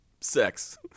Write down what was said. sex